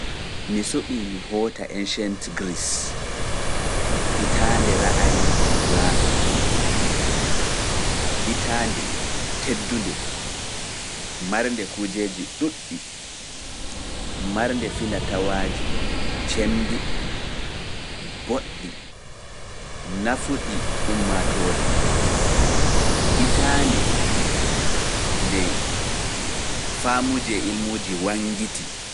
Mi suɓii mi hoota ancient Greece, hitaande ra'ayiiji Plato, hitaande teddunde, marnde kujeeji ɗuuɗɗi, marnde finatawaaji cembiɗɗi, boɗɗi, nafuɗi ummatoore hitaande nde faamuuji e ilmuuji wangiti.